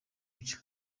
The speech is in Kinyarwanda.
byo